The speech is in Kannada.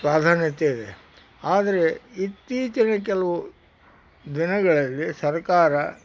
ಪ್ರಾಧಾನ್ಯತೆಯಿದೆ ಆದರೆ ಇತ್ತೀಚಿನ ಕೆಲವು ದಿನಗಳಲ್ಲಿ ಸರಕಾರ